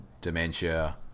dementia